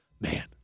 man